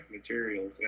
materials